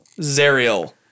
Zerial